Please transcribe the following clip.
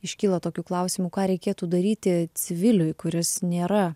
iškilo tokių klausimų ką reikėtų daryti civiliui kuris nėra